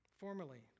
Formerly